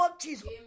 Jesus